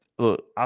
Look